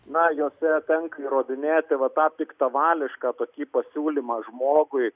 na jose tenka įrodinėti va tą piktavališką tokį pasiūlymą žmogui